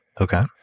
Okay